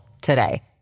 today